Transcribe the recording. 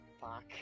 fuck